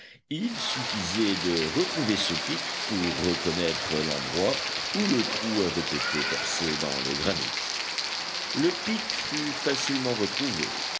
il suffisait de retrouver ce pic pour reconnaître l'endroit où le trou avait été percé dans le granit le pic fut facilement retrouvé